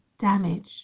damage